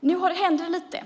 Nu händer det i alla fall lite.